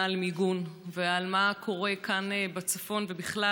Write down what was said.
על מיגון ועל מה שקורה כאן בצפון ובכלל.